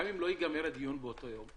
גם לא יגמר הדיון באותו יום,